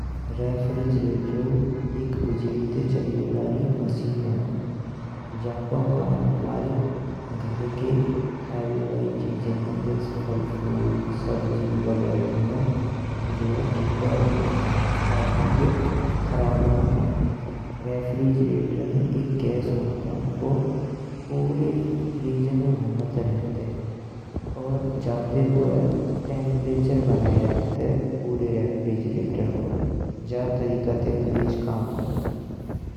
रेफ्रिजेरेटरु एक बिजली ते चालबे बारी मशीन हैं, जाको काम घर के खायबे बई चीजने जइस फल फ्रूट सब्जी वगेरा ने जो है थान्डो रखबो है। ताकि जे खराब ना होये रेफ्रिजेरेटर में एक गैस होंतायें, बु पूरे फ्रीज में घूमंत रहंतये और जाते बु है टेम्परेचर बनाये रखतये। पूरे रेफ्रिजेरेटर को जा तरीका ते फ्रीज काम करतये।